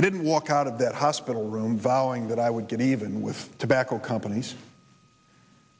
i didn't walk out of that hospital room vowing that i would get even with tobacco companies